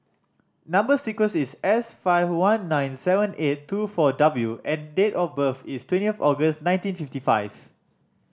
number sequence is S five one nine seven eight two four W and date of birth is twenty August nineteen fifty five